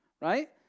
Right